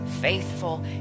faithful